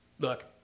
Look